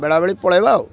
ବେଳା ବେଳୀ ପଳାଇବା ଆଉ